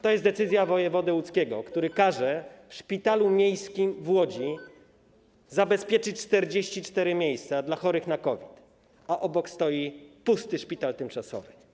To jest decyzja wojewody łódzkiego, który każe w szpitalu miejskim w Łodzi zabezpieczyć 44 miejsca dla chorych na COVID, a obok stoi pusty szpital tymczasowy.